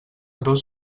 dos